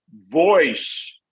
voice